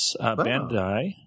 Bandai